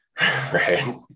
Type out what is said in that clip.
right